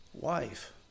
wife